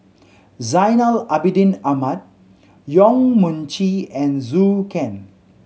Zainal Abidin Ahmad Yong Mun Chee and Zhou Can